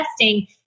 testing